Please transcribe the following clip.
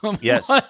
Yes